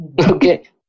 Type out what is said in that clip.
Okay